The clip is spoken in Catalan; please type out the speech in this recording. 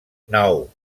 nou